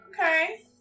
okay